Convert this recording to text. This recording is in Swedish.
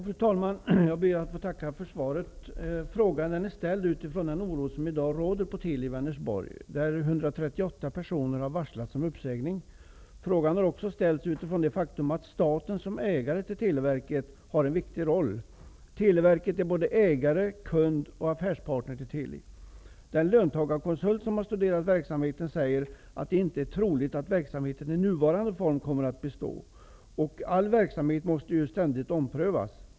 Fru talman! Jag ber att få tacka för svaret. Frågan är ställd mot bakgrund av den oro som nu råder i Teli i Vänersborg, där 138 personer har varslats om uppsägning. Frågan är också ställd utifrån det faktum att staten som ägare till Televerket har en viktig roll i sammanhanget. Televerket är både ägare, kund och affärspartner till Teli. Den löntagarkonsult som har studerat verksamheten säger att det inte är troligt att verksamheten i nuvarande form kommer att bestå. All verksamhet måste ju ständigt omprövas.